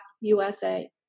USA